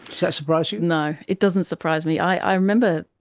so surprise you? no, it doesn't surprise me. i remember,